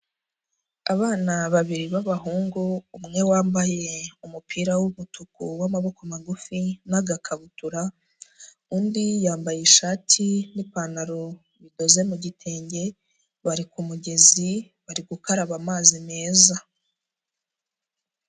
Abana babiri b'abahungu umwe wambaye umupira w'umutuku w'amaboko magufi n'agakabutura, undi yambaye ishati n'ipantaro bidoze mu gitenge, bari ku mugezi bari gukaraba amazi meza.